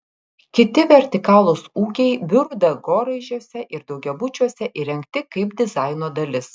kiti vertikalūs ūkiai biurų dangoraižiuose ir daugiabučiuose įrengti kaip dizaino dalis